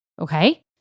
okay